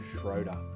Schroeder